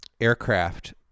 aircraft